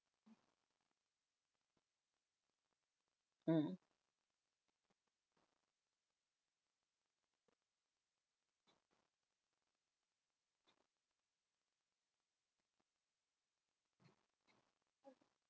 mm